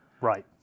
right